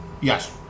Yes